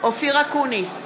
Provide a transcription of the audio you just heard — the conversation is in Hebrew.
נגד אופיר אקוניס,